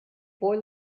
boy